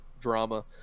drama